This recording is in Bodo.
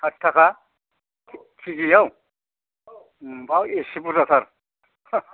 साथि थाखा केजिआव बा एसे बुरजाथार